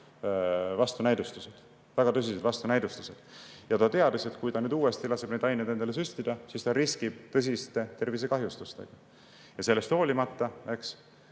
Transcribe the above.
vastunäidustused – väga tõsiseid vastunäidustused. Ja ta teadis, et kui ta nüüd laseb uuesti neid aineid endale süstida, siis ta riskib tõsiste tervisekahjustustega. Sellest hoolimata